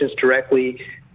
directly